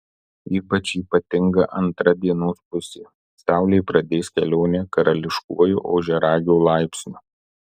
ypač ypatinga antra dienos pusė saulė pradės kelionę karališkuoju ožiaragio laipsniu